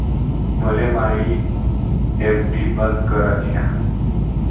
मले मायी एफ.डी बंद कराची हाय